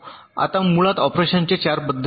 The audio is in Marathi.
आता मुळात ऑपरेशनचे 4 पद्धती आहेत